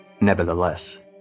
Nevertheless